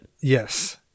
Yes